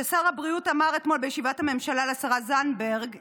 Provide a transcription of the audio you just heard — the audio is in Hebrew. ששר הבריאות אמר אתמול בישיבת הממשלה לשרה זנדברג: